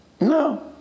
No